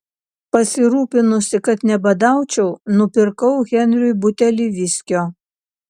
pasirūpinusi kad nebadaučiau nupirkau henriui butelį viskio